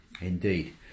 indeed